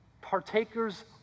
Partakers